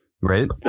right